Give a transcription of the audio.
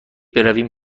برویم